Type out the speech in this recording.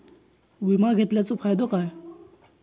विमा घेतल्याचो फाईदो काय?